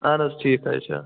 اَہن حظ ٹھیٖک حظ چھُ